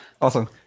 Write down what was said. Awesome